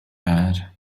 bad